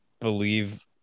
believe